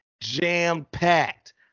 jam-packed